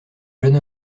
jeune